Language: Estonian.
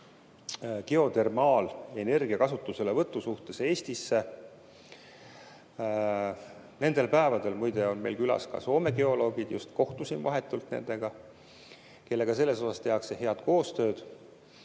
geotermaalenergia kasutuselevõtu suhtes Eestis. Nendel päevadel, muide, on meil külas ka Soome geoloogid – just kohtusin vahetult nendega –, kellega sellel alal tehakse head koostööd.